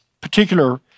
particular